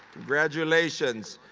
congratulations.